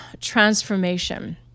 transformation